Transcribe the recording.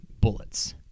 bullets